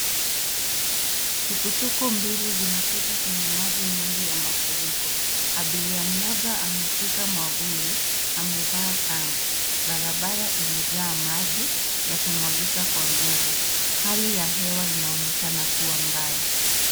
Tuktuk mbili zinapita kwenye maji mingi ya mafuriko, abiria mmoja ameshika mwavuli, amevaa kanga. Barabara imejaa maji yakimwagika kwa nguvu, hali ya hewa inaonekana kuwa mbaya.